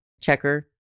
checker